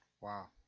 Wow